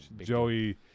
Joey